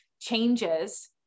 changes